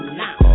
now